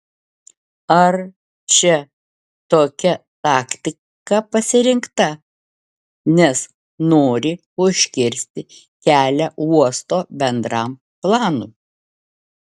ar čia tokia taktika pasirinkta nes nori užkirsti kelią uosto bendram planui